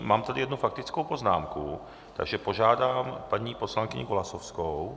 Mám tady jednu faktickou poznámku, takže požádám paní poslankyni Golasowskou.